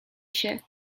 się